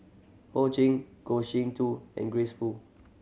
Ho Ching Goh Sin Tub and Grace Fu